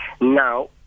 Now